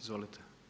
Izvolite.